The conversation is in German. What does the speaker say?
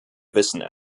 wissen